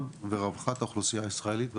ורווחת האוכלוסייה הישראלית והפלסטינית.